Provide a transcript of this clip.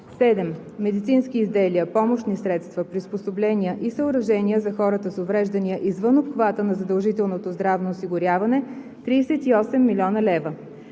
7. медицински изделия, помощни средства, приспособления и съоръжения за хората с увреждания извън обхвата на задължителното здравно осигуряване 38,0 млн. лв.